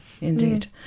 Indeed